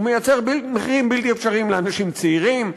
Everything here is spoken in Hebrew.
הוא מייצר מחירים בלתי אפשריים לאנשים צעירים,